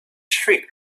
shriek